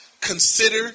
consider